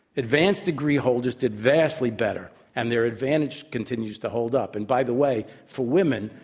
advanced degree holders did vastly better, and their advantage continues to hold up. and by the way, for women,